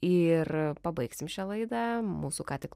ir pabaigsim šią laidą mūsų ką tik